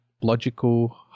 logical